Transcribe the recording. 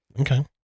Okay